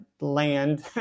land